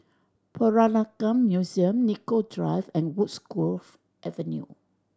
Peranakan Museum Nicoll Drive and Woodgrove Avenue